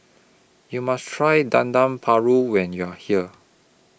YOU must Try Dendeng Paru when YOU Are here